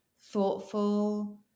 thoughtful